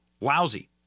lousy